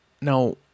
Now